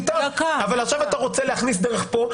אבל עכשיו אתה רוצה להכניס דרך פה,